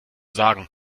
sagen